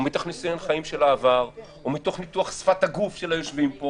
או מתוך ניסיון חיים של העבר או מתוך שפת הגוף של היושבים פה